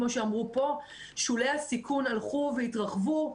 כמו שאמרו פה, שולי הסיכון הלכו והתרחבו.